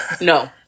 No